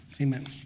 amen